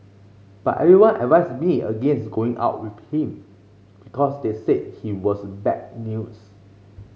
but everyone advised me against going out with him because they said he was bad news